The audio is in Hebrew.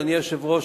אדוני היושב-ראש,